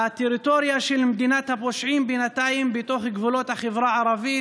הטריטוריה של מדינת הפושעים היא בינתיים בתוך גבולות החברה הערבית,